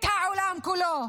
את העולם כולו.